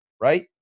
right